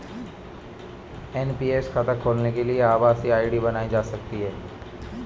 NPS खाता खोलने के लिए आभासी आई.डी बनाई जा सकती है